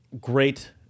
great